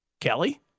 Kelly